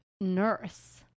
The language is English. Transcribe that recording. nurse